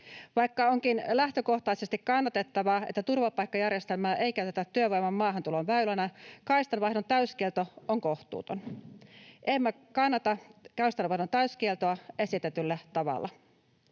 Vaikka onkin lähtökohtaisesti kannatettavaa, että turvapaikkajärjestelmää ei käytetä työvoiman maahantulon väylänä, kaistanvaihdon täyskielto on kohtuuton. Emme kannata kaistanvaihdon täyskieltoa esitetyllä tavalla.